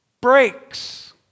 breaks